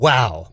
Wow